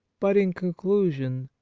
but, in conclusion,